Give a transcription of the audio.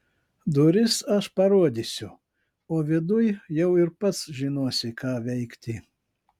duris aš parodysiu o viduj jau ir pats žinosi ką veikti